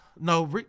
No